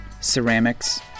ceramics